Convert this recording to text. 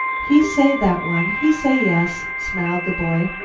he say, that one, he say yes, smiled the boy.